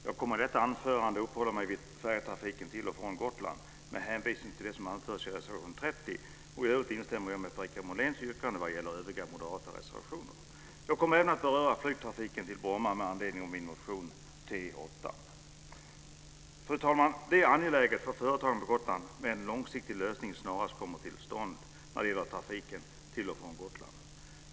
Fru talman! I detta anförande kommer jag att uppehålla mig vid färjetrafiken till och från Gotland med hänvisning till det som anförts i reservation 30. I övrigt instämmer jag med Per-Richard Moléns yrkade vad gäller övriga moderata reservationer. Jag kommer även att berör flygtrafiken till Fru talman! Det är angeläget för företagen på Gotland att en långsiktig lösning snarast kommer till stånd när det gäller trafiken till och från Gotland.